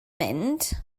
mynd